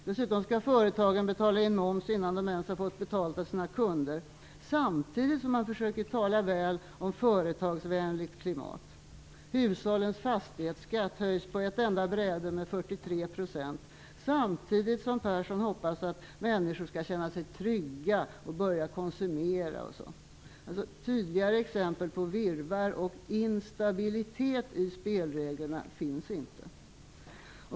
Dessutom skall företagen betala in moms innan de ens har fått betalt av sina kunder, samtidigt som man försöker tala väl om företagsvänligt klimat. Hushållens fastighetsskatt höjs på ett enda bräde med 43 %, samtidigt som Göran Persson hoppas att människor skall känna sig trygga och börja konsumera Tydligare exempel på virrvarr och instabilitet i spelreglerna finns inte.